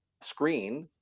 screen